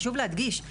חשוב להדגיש,